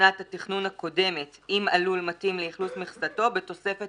בשנת התכנון הקודמת אם הלול מתאים לאכלוס מכסתו בתוספת